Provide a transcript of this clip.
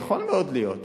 יכול מאוד להיות,